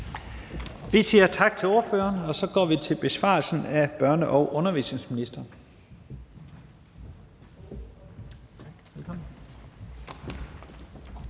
Vi siger tak til ordføreren. Så går vi til besvarelsen, og det er børne- og undervisningsministeren.